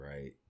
Right